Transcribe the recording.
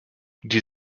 die